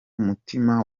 umutima